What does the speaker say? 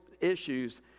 issues